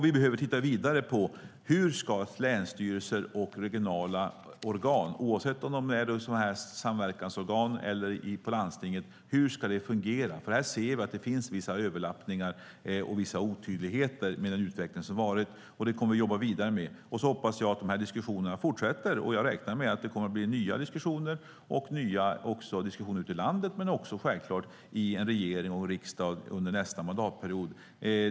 Vi behöver titta vidare på hur länsstyrelser och regionala organ, oavsett om de är samverkansorgan eller på landstinget, ska fungera. Här ser vi att det finns vissa överlappningar och otydligheter med den utveckling som varit. Detta kommer vi att jobba vidare med. Jag hoppas att de här diskussionerna fortsätter. Jag räknar med att det blir nya diskussioner ute i landet och självklart också i regering och riksdag under nästa mandatperiod.